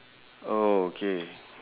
oh okay